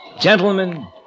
Gentlemen